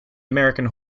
american